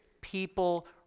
people